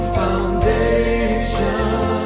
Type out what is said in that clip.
foundation